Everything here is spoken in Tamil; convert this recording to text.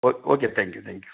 O okay thank you thank you